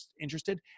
interested